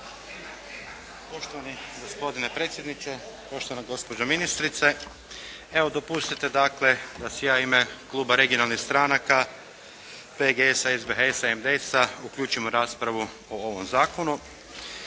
Poštovani gospodine predsjedniče, poštovana gospođo ministrice! Evo, dopustite dakle da se javim u ime kluba regionalnih stranaka PGS-a, SBHS-a i MDS-a uključim u raspravu ovom zakonu.